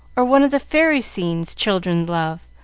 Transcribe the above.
or one of the fairy scenes children love,